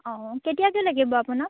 অঁ কেতিয়াকে লাগিব আপোনাক